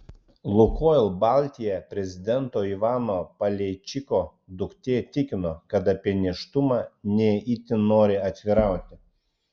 lukoil baltija prezidento ivano paleičiko duktė tikino kad apie nėštumą ne itin nori atvirauti